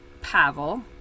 Pavel